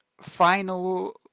final